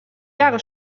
jahre